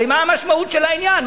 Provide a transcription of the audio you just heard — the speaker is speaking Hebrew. מה המשמעות של העניין.